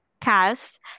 Cast